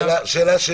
שאלה.